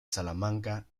salamanca